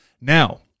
Now